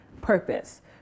purpose